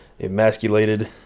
emasculated